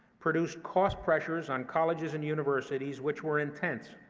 produced cost pressures on colleges and universities which were intense,